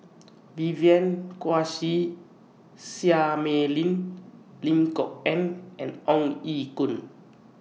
Vivien Quahe Seah Mei Lin Lim Kok Ann and Ong Ye Kung